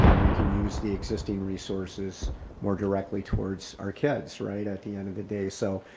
we can use the existing resources more directly towards our kids right at the end of the day. so,